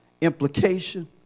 Implication